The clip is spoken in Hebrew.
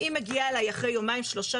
היא מגיעה אלי אחרי יומיים-שלושה,